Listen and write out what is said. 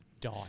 die